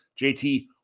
JT